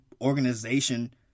organization